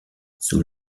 sous